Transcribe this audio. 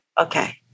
Okay